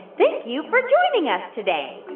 thank you for joining us today.